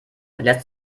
lässt